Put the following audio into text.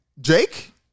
Jake